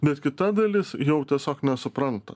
bet kita dalis jau tiesiog nesupranta